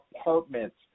Apartments